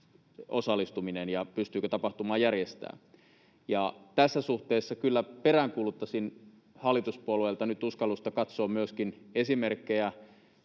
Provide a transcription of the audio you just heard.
osallistuminen ja pystyykö tapahtumaa järjestämään. Tässä suhteessa kyllä peräänkuuluttaisin hallituspuolueilta nyt uskallusta katsoa myöskin esimerkkejä,